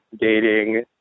dating